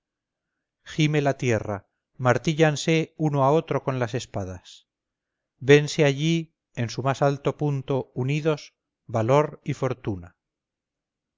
gime la tierra martíllanse uno a otro con las espadas vense allí en su más alto punto unidos valor y fortuna